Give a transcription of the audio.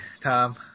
Tom